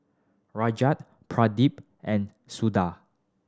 Raja Pradip and Suda